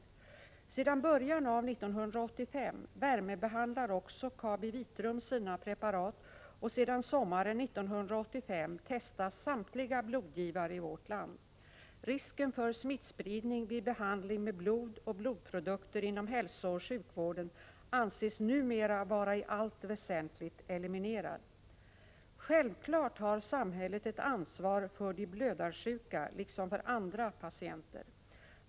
Sedan början av 1985 värmebehandlar också KabiVitrum sina preparat, och sedan sommaren 1985 testas samtliga blodgivare i vårt land. Risken för smittspridning vid behandling med blod och blodprodukter inom hälsooch sjukvården anses numera vara i allt väsentligt eliminerad. Självfallet har samhället ett ansvar för de blödarsjuka liksom för andra patienter.